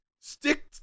stick